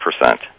percent